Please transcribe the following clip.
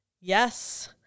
yes